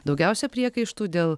daugiausia priekaištų dėl